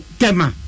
tema